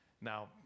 Now